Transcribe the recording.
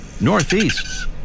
Northeast